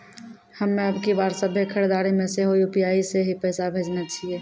हम्मे अबकी बार सभ्भे खरीदारी मे सेहो यू.पी.आई से ही पैसा भेजने छियै